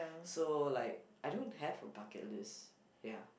so like I don't have a bucket list ya